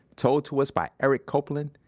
told to us by erick copeland,